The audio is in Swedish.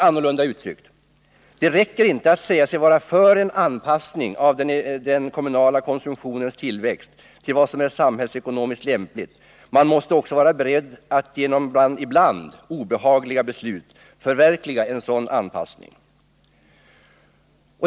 Annorlunda uttryckt: det räcker inte att säga sig vara för en anpassning av den kommunala konsumtionens tillväxt till vad som samhällsekonomiskt är lämpligt, man måste också vara beredd att genom ibland obehagliga beslut förverkliga en sådan anpassning.